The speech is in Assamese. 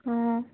অঁ